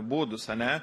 būdus ane